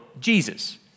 Jesus